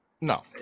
No